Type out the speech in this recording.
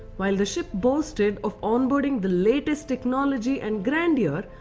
while the ship boasted of onboarding the latest technology and grandeur,